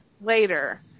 later